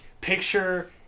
picture